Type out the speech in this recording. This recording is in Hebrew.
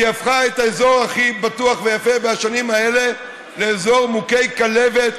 והיא הפכה את האזור הכי בטוח ויפה בשנים האלה לאזור מוכה כלבת,